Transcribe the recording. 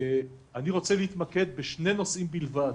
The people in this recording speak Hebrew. אני רוצה להתמקד בשני נושאים בלבד.